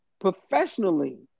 professionally